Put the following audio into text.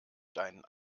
deinen